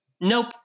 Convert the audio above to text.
Nope